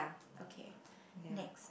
okay next